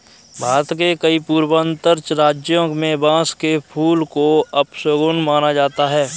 भारत के कई पूर्वोत्तर राज्यों में बांस के फूल को अपशगुन माना जाता है